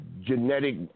genetic